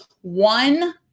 one